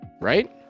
right